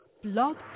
Blog